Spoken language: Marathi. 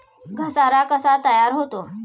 घसारा कसा तयार होतो?